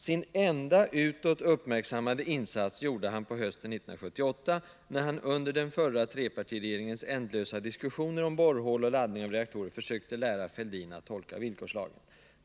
Sin enda utåt uppmärksammade insats gjorde han på hösten 1978, när han under den förra trepartiregeringens ändlösa diskussioner om borrhål och laddning av reaktorer försökte lära Fälldin att tolka villkorslagen.